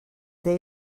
they